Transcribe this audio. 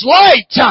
light